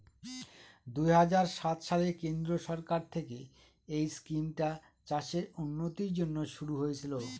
দুই হাজার সাত সালে কেন্দ্রীয় সরকার থেকে এই স্কিমটা চাষের উন্নতির জন্যে শুরু হয়েছিল